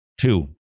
Two